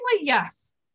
yes